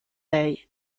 lei